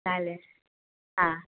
चालेल हां